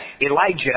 Elijah